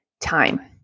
time